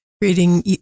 creating